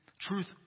Truth